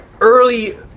early